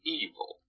evil